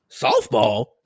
softball